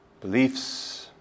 beliefs